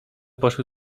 poszły